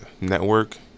network